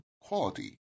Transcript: quality